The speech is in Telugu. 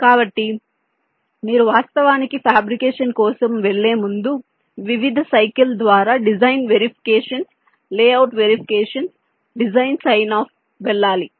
కాబట్టి మీరు వాస్తవానికి ఫ్యాబ్రికేషన్ కోసం వెళ్ళే ముందు వివిధ సైకిల్ ద్వారా design verifications layout verifications design sign off వెళ్ళాలి